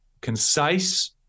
concise